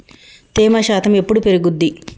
తేమ శాతం ఎప్పుడు పెరుగుద్ది?